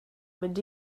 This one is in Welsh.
mynd